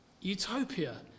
utopia